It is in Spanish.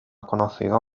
conocido